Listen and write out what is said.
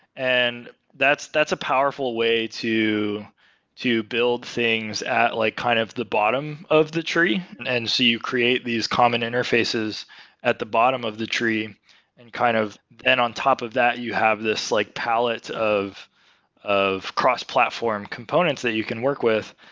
and that's that's a powerful way to to build things like kind of the bottom of the tree, and and so you create these common interfaces at the bottom of the tree and kind of then on top of that, you have this like pallets of of cross-platform components that you can work with.